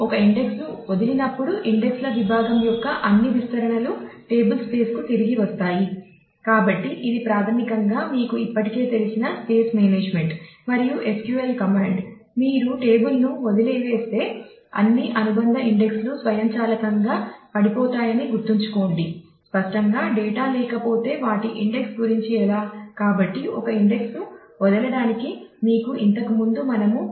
మీరు ఒక ఇండెక్స్ ను వదలినప్పుడు ఇండెక్స్ ల విభాగం యొక్క అన్ని విస్తరణలు టేబుల్స్పేస్ అవసరం